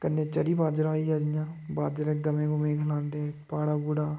कन्नै चरी बाजरा होई गेआ जियां बाजरा गवें गुवें गी खलांदे भाड़ा भुड़ा